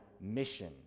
mission